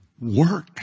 work